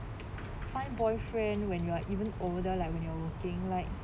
find boyfriend when you are even older like when you're working like